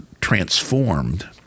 transformed